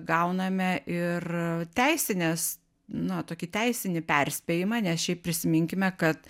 gauname ir teisinės no tokį teisinį perspėjimą nes šiaip prisiminkime kad